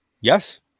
Yes